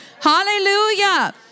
Hallelujah